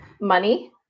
money